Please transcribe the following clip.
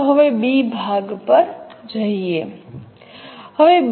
ચાલો હવે b ભાગ પર જઈએ